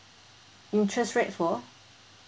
interest rate for